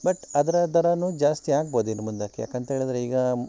but ಅದರ ದರವೂ ಜಾಸ್ತಿ ಆಗ್ಬಹುದು ಇನ್ನು ಮುಂದಕ್ಕೆ ಯಾಕಂಥೇಳಿದ್ರೆ ಈಗ